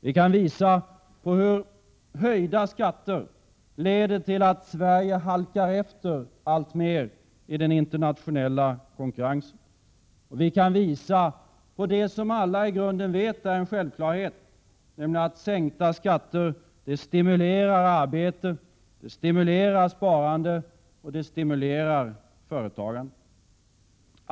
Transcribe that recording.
Vi kan visa hur höjda skatter leder till att Sverige halkar efter alltmer i den internationella konkurrensen. Vi kan visa på det som alla i grunden vet är en självklarhet, nämligen att sänkta skatter stimulerar arbete, sparande och företagande.